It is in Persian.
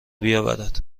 بیاورد